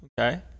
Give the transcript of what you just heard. Okay